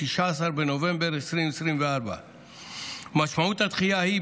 19 בנובמבר 2024. משמעות הדחייה היא,